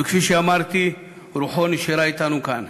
וכפי שאמרתי, רוחו נשארה אתנו כאן.